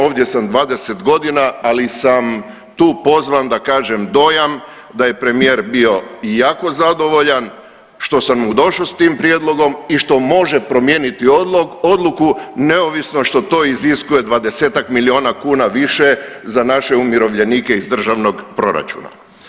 Ovdje sam 20 godina ali sam tu pozvan da kažem dojam da je premijer bio jako zadovoljan što sam mu došao sa tim prijedlogom i što može promijeniti odluku neovisno što to iziskuje 20-tak milijuna kuna više za naše umirovljenika iz državnog proračuna.